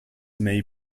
may